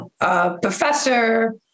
professor